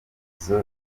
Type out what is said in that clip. mutima